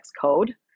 code